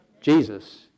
Jesus